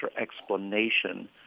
explanation